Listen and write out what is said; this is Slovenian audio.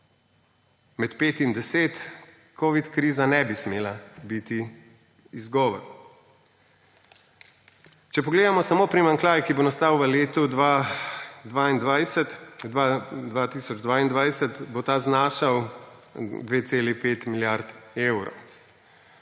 10 milijardami covid kriza ne bi smela biti izgovor. Če pogledamo samo primanjkljaj, ki bo nastal v letu 2022, bo ta znašal 2,5 milijarde evrov.